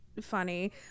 funny